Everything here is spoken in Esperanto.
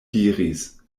diris